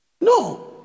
No